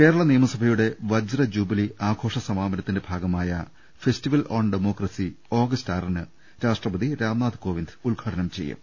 കേരള നിയമസഭയുടെ വജ്ര ജൂബിലി ആഘോഷ സമാ പനത്തിന്റെ ഭാഗമായ ഫെസ്റ്റിവൽ ഓൺ ഡമോക്രസി ഓഗസ്റ്റ് ആറിന് രാഷ്ട്രപതി രാംനാഥ് കോവിന്ദ് ഉദ്ഘാ ടനം ചെയ്യും